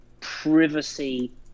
privacy